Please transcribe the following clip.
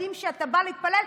יודעים שאתה בא להתפלל,